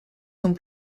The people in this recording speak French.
sont